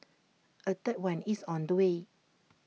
A third one is on the way